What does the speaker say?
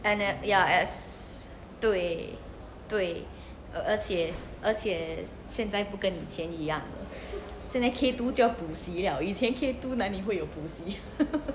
and uh ya as 对对而且而且现在不跟以前一样了现在 K two 就要补习了以前 K two 哪里会有补习